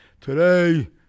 today